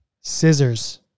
Scissors